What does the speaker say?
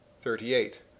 Thirty-eight